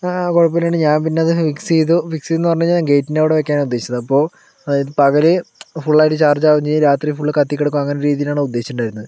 കുഴപ്പമില്ലാണ്ട് ഞാൻ പിന്നത് ഫിക്സ് ചെയ്തു ഫിക്സ് ചെയ്തുയെന്ന് പറഞ്ഞാൽ ഗേറ്റിന്റവിടെ വെക്കാനാണ് ഉദേശിച്ചത് അപ്പോൾ അതായത് പകൽ ഫുള്ളായിട്ട് ചാർജാവുകയും ചെയ്യും രാത്രിയിൽ ഫുൾ കത്തിക്കിടക്കുകയും അങ്ങനെ ഒരു രീതിയിലാണ് ഉദ്ദേശിച്ചിട്ടുണ്ടായിരുന്നത്